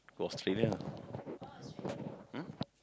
go Australia lah